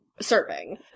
serving